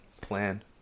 plan